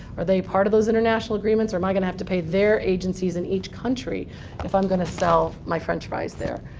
are they part of those international agreements or am i going to have to pay their agencies in each country if i'm going to sell my french fries there.